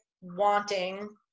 wanting